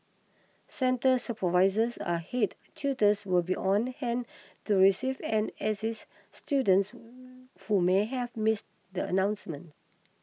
centre supervisors and head tutors will be on hand to receive and assist students who may have miss the announcement